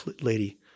lady